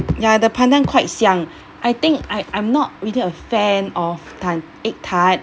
ya the pandan quite 香 I think I I'm not really a fan of tar~ egg tart